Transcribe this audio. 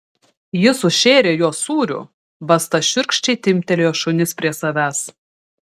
jis užšėrė juos sūriu basta šiurkščiai timptelėjo šunis prie savęs